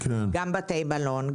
גם בתי מלון,